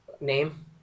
Name